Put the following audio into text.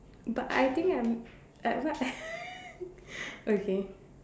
but I think I'm I what okay